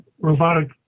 robotic